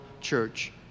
church